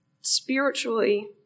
spiritually